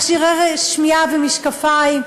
מכשירי שמיעה ומשקפיים,